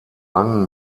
langen